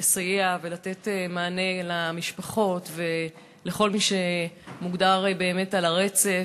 לסייע ולתת מענה למשפחות ולכל מי שמוגדר על הרצף.